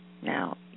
Now